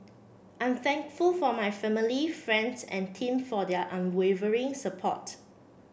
I'm thankful for my family friends and team for their unwavering support